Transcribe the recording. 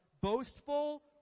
boastful